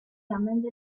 summoned